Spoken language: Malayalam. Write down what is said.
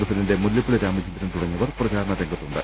പ്രസിഡന്റ് മുല്ലപ്പള്ളി രാമചന്ദ്രൻ തുടങ്ങിയവർ പ്രചരണ രംഗത്തുണ്ട്